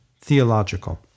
theological